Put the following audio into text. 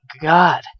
God